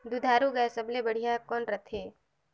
दुधारू गाय सबले बढ़िया कौन रथे?